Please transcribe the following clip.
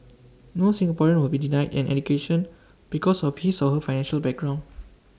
no Singaporean will be denied an education because of his or her financial background